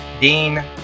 Dean